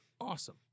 Awesome